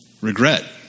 Regret